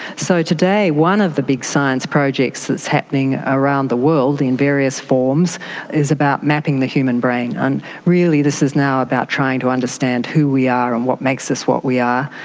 so today one of the big science projects that's happening around the world in various forms is about mapping the human brain. and really this is now about trying to understand who we are and what makes us what we are,